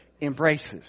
embraces